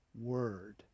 word